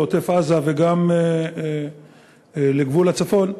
לעוטף-עזה וגם לגבול הצפון,